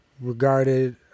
regarded